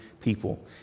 people